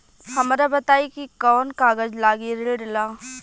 हमरा बताई कि कौन कागज लागी ऋण ला?